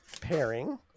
pairing